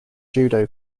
judo